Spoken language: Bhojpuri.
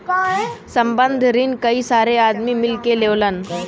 संबंद्ध रिन कई सारे आदमी मिल के लेवलन